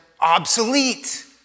obsolete